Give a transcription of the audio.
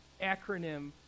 acronym